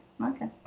Okay